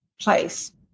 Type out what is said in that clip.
place